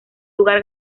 lugar